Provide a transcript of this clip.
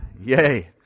yay